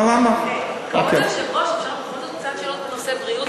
אדוני היושב-ראש, אתה אמור לדבר בנושאי בריאות,